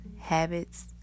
habits